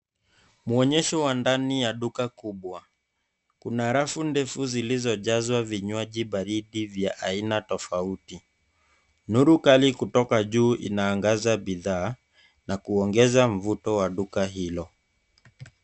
Muonyesho wa ndani ya duka kubwa. Kuna rafu ndefu zilizojazwa vinywaji baridi vya aina tofauti. Nuru kali kutoka juu inaangaza bidhaa na kuongeza mvuto wa duka hilo.